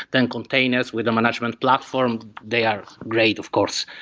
then containers with a management platform they are great of course.